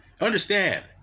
Understand